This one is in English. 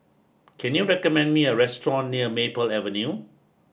can you recommend me a restaurant near Maple Avenue